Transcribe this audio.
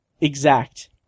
exact